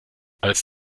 als